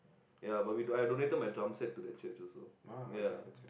ya but we I donated my drum set to the church also ya